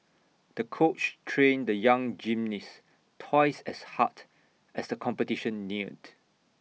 the coach trained the young gymnast twice as hard as the competition neared